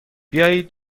بیایید